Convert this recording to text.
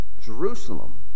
Jerusalem